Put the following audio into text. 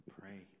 pray